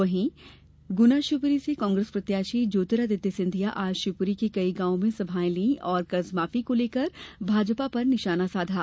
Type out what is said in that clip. वहीं गुना शिवपुरी से कांग्रेस प्रत्याशी ज्योतिरादित्य सिंधिया आज शिवपुरी के कई गांव में सभा यें ली और कर्ज माफी को लेकर भाजपा पर निशाना साधा